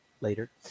later